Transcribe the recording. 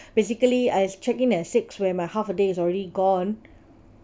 basically I check in at six where my half a day is already gone